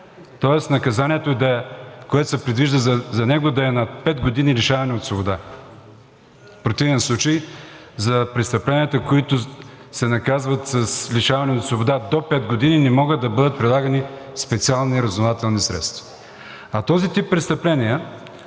тоест наказанието, което се предвижда за него, да е 5 години лишаване от свобода. В противен случай, за престъпленията, които се наказват с лишаване от свобода до 5 години, не могат да бъдат прилагани специални разузнавателни средства. Този вид престъпления